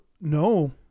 No